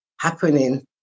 happening